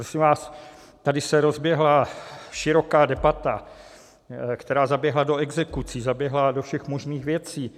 Prosím vás, tady se rozběhla široká debata, která zaběhla do exekucí, zaběhla do všech možných věcí.